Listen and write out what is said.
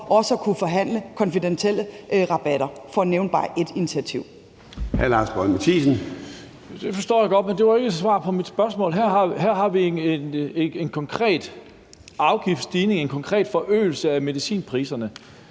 Lars Boje Mathiesen. Kl. 09:36 Lars Boje Mathiesen (UFG): Det forstår jeg godt, men det var ikke et svar på mit spørgsmål. Her har vi en konkret afgiftsstigning, en konkret forøgelse af medicinpriserne,